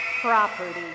property